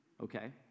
okay